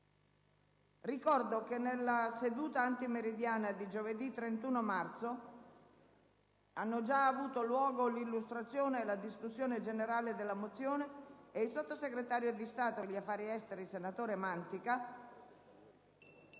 Ricorda che nella seduta antimeridiana del 31 marzo hanno avuto luogo l'illustrazione e la discussione generale della mozione e che il sottosegretario di Stato per gli affari esteri, senatore Mantica,